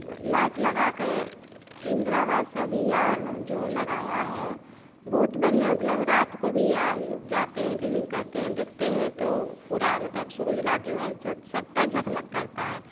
light लगाकर इन्दिरा आवास अभियान जो लगाया है बहुत बढ़ियाँ मतलब रात को भी आ जाते हैं ड्रिलिन्ग करते हैं देखते हैं तो पूरा मतलब सुरुज लाइट जो है सबतर झकमक करता है